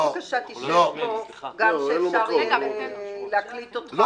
שב בבקשה ליד השולחן כדי שאפשר יהיה להקליט אותך